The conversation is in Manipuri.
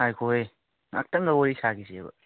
ꯉꯥꯏꯈꯣꯍꯦ ꯉꯥꯏꯍꯥꯛꯇꯪꯒ ꯋꯥꯔꯤ ꯁꯥꯈꯤꯁꯦꯕ